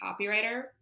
copywriter